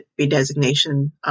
redesignation